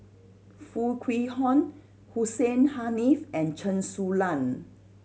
Foo Kwee Horng Hussein Haniff and Chen Su Lan